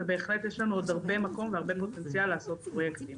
ובהחלט יש לנו עוד הרבה מקום והרבה פוטנציאל לעשות פרויקטים.